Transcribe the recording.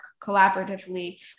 collaboratively